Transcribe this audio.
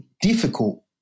difficult